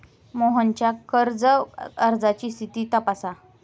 मोहनच्या कर्ज अर्जाची स्थिती तपासा